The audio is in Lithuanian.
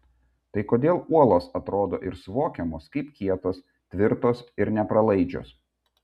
tai kodėl uolos atrodo ir suvokiamos kaip kietos tvirtos ir nepralaidžios